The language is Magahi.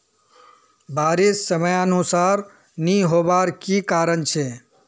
बारिश समयानुसार नी होबार की कारण छे?